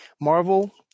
Marvel